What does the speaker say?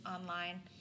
online